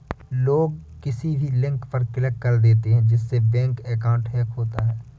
लोग किसी भी लिंक पर क्लिक कर देते है जिससे बैंक अकाउंट हैक होता है